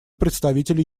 представителя